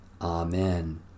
Amen